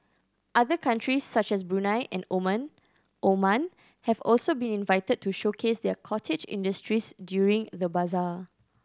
other countries such as Brunei and Omen Oman have also been invited to showcase their cottage industries during the bazaar